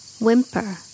Whimper